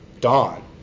dawn